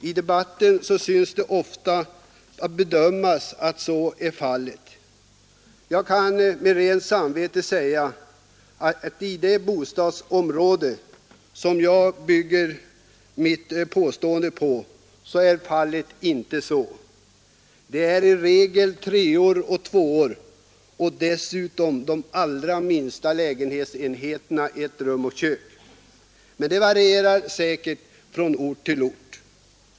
I debatten sägs ofta att så är fallet. Jag kan med rent samvete säga att i det bostadsområde som jag hämtat mina uppgifter från förhåller det sig inte så. Där är det i regel treor och tvåor och dessutom de allra minsta enheterna på ett rum och kök som står tomma. Men det varierar säkert från ort till ort.